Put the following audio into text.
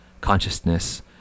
consciousness